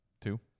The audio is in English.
Two